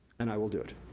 and i will do it,